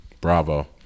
Bravo